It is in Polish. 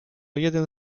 jeden